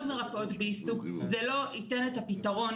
מרפאות בעיסוק זה לא ייתן את הפתרון,